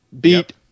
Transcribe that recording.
beat